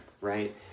right